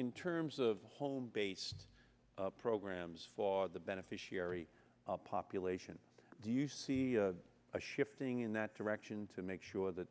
in terms of home based programs for the beneficiary population do you see a shifting in that direction to make sure that